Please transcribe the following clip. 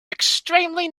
extremely